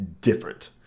different